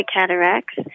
cataracts